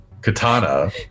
katana